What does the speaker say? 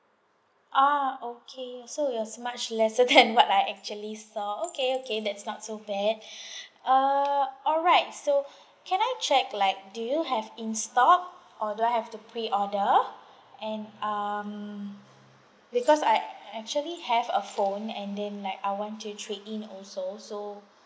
ah okay so it was much lesser than what I actually saw okay okay that's not so bad err alright so can I check like do you have in stock or do I have to pre-order and um because I actually have a phone and then like I want you trade in also so